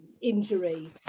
injury